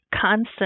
constant